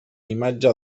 imatge